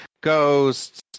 ghosts